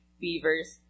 Beavers